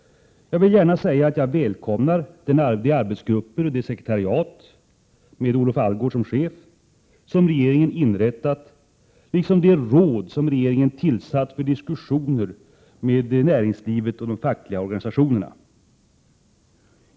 Jag vill gärna säga att jag välkomnar de arbetsgrupper och det sekretariat med Olof Allgårdh som chef som regeringen inrättat liksom det råd som regeringen tillsatt för diskussioner med näringslivet och de fackliga organisationerna.